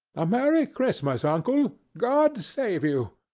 a merry christmas, uncle! god save you!